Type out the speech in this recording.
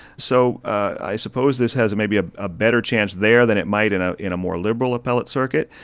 so i suppose this has maybe ah a better chance there than it might in ah in a more liberal appellate circuit.